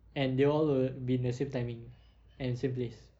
and they all will be in the same timing and same place